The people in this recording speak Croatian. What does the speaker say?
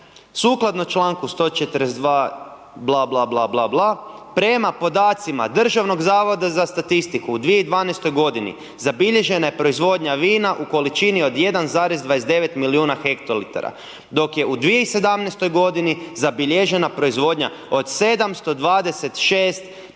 sukladno čl. 142. bla, bla, bla, bla, prema podacima Državnog zavoda za statistiku u 2012. zabilježena je proizvodnja vina u količini od 1,29 milijuna hektolitara, dok je u 2017. g. zabilježena proizvodnja od 726 tisuća hektolitara.